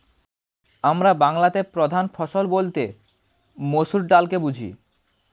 আমরা বাংলাতে প্রধান ফসল বলতে মসুর ডালকে বুঝি